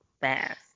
Fast